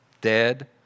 dead